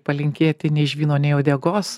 palinkėti nei žvyno nei uodegos